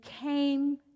came